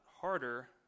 harder